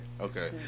Okay